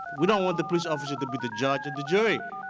we don't want the police officers to be the judge and the jury.